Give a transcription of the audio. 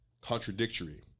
contradictory